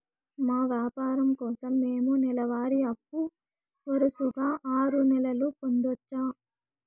మా వ్యాపారం కోసం మేము నెల వారి అప్పు వరుసగా ఆరు నెలలు పొందొచ్చా?